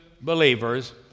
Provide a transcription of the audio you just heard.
believers